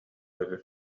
үһү